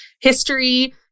history